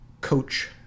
Coach